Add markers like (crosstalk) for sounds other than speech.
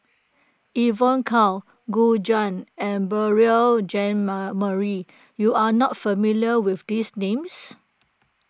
Evon Kow Gu Juan and Beurel Jean (unintelligible) Marie you are not familiar with these names